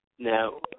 Now